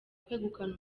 kwegukana